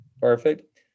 Perfect